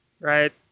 right